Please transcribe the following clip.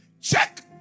check